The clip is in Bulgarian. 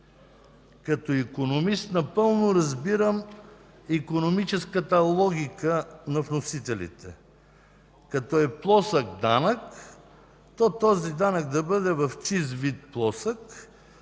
Като икономист напълно разбирам икономическата логика на вносителите – като е плосък данък, то този данък да бъде в чист вид плосък,